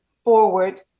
forward